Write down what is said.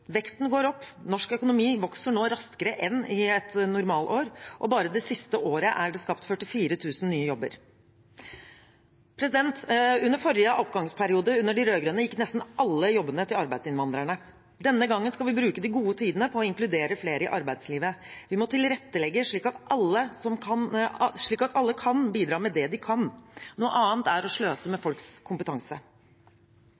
Veksten går opp. Norsk økonomi vokser nå raskere enn i et normalår, og bare det siste året er det skapt 44 000 nye jobber. Under forrige oppgangsperiode, under de rød-grønne, gikk nesten alle jobbene til arbeidsinnvandrerne. Denne gangen skal vi bruke de gode tidene på å inkludere flere i arbeidslivet. Vi må tilrettelegge slik at alle kan bidra med det de kan. Noe annet er å sløse med